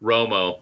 Romo